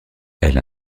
elle